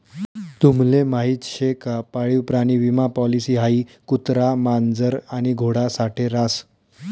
तुम्हले माहीत शे का पाळीव प्राणी विमा पॉलिसी हाई कुत्रा, मांजर आणि घोडा साठे रास